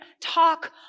talk